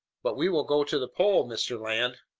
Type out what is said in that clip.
but we will go to the pole, mr. land.